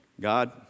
God